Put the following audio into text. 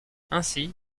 ainsi